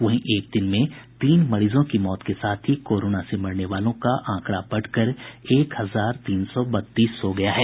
वहीं एक दिन में तीन मरीजों की मौत के साथ ही कोरोना से मरने वालों का आंकड़ा बढ़कर एक हजार तीन सौ बत्तीस हो गया है